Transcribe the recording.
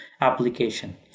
application